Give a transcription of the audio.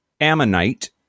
Ammonite